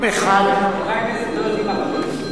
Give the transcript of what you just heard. חברי הכנסת לא יודעים.